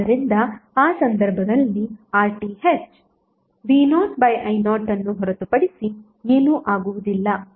ಆದ್ದರಿಂದ ಆ ಸಂದರ್ಭದಲ್ಲಿ RTh v0i0 ಅನ್ನು ಹೊರತುಪಡಿಸಿ ಏನೂ ಆಗುವುದಿಲ್ಲ